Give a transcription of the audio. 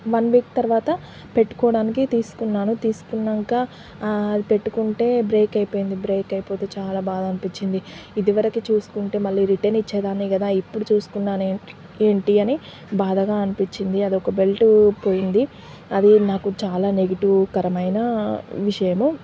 one week తర్వాత పెట్టుకోవడానికి తీసుకున్నాను తీసుకున్నాక ఆ అది పెట్టుకుంటే బ్రేక్ అయిపోయింది బ్రేక్ అయిపోతే చాలా బాధ అనిపించింది ఇది వరకే చూసుకుంటే మళ్ళీ రిటర్న్ ఇచ్చే దాన్ని కదా ఇప్పుడు చూసుకున్నాను ఏంటి అని బాధగా అనిపించింది అది ఒక బెల్ట్ పోయింది అది నాకు చాలా నెగిటివ్ కరమైన విషయము